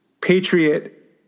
Patriot